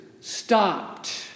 stopped